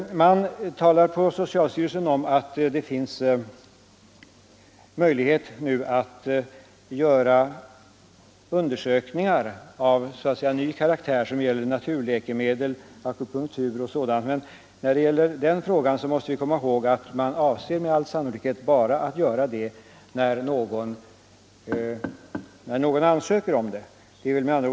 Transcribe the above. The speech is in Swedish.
Man talar på socialstyrelsen om att det nu finns möjlighet att göra egna undersökningar av ny karaktär — beträffande naturläkemedel, akupunktur m.m. Men vi måste komma ihåg att man med all sannolikhet bara avser att göra sådana undersökningar när någon utomstående läkare ansöker om det.